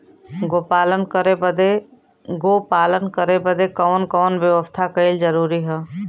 गोपालन करे बदे कवन कवन व्यवस्था कइल जरूरी ह?